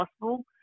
possible